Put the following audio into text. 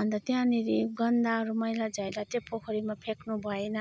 अन्त त्यहाँनेरि गन्दाहरू मैला झैला त्यो पोखरीमा फ्याँक्नु भएन